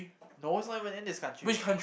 no he's not even in this country